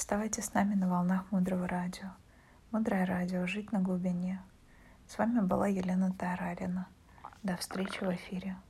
Оставайтесь с нами на волнах Мудрого Радио. Мудрое Радио, жить на глубине. С вами была Елена Тарарина. До встречи в эфире.